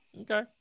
Okay